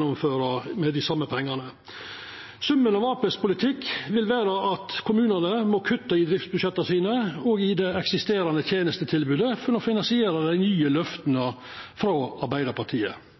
oppgåver med dei same pengane. Summen av Arbeidarpartiets politikk vil vera at kommunane må kutta i driftsbudsjetta sine og i det eksisterande tenestetilbodet for å finansiera dei nye løfta frå Arbeidarpartiet.